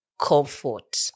comfort